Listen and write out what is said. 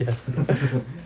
yes